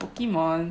Pokemon